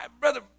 Brother